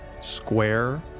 square